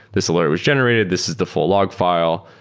this alert was generated. this is the full log file.